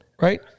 right